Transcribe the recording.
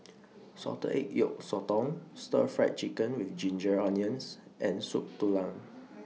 Salted Egg Yolk Sotong Stir Fried Chicken with Ginger Onions and Soup Tulang